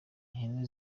ihene